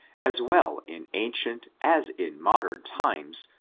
as well in ancient as in modem times,